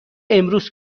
امروز